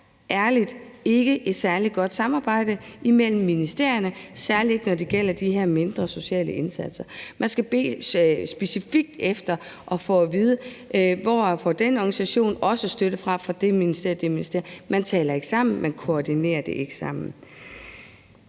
ærlig talt ikke et særlig godt samarbejde mellem ministerierne, særlig ikke når det gælder de her mindre sociale indsatser. Man skal bede specifikt om at få at vide, hvor den ene eller den anden organisation får støtte fra, og det kan være fra det ene eller det andet ministerium. Man taler ikke sammen, og man koordinerer det ikke.